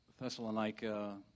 Thessalonica